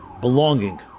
belonging